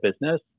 business